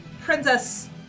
Princess